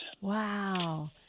Wow